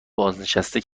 بازنشسته